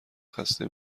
خسته